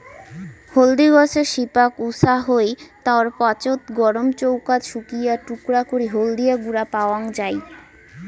হলদি গছের শিপাক উষা হই, তার পাছত গরম চৌকাত শুকিয়া টুকরা করি হলদিয়া গুঁড়া পাওয়াং যাই